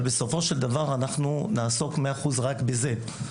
אבל בסופו של דבר אנחנו נעסוק מאה אחוז רק בזה.